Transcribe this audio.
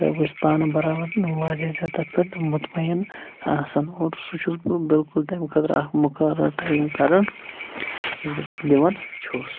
تہٕ بہٕ چھُس پانہٕ بَرابد واریاہ زیادٕ تَتھ پٮ۪ٹھ مُتمَعِن آسَان اور سُہ چھُس بہٕ بِلکُل تَمہِ خٲطرٕ اَکھ مُقَرر ٹایِم کَران یُس بہٕ دِوان چھُس